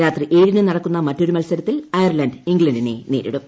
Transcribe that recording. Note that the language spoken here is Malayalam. രാത്രി ഏഴിന് നടക്കുന്ന മറ്റൊരു മൽസരത്തിൽ അയർലന്റ് ഇംഗ്ലണ്ടിനെ നേരിടും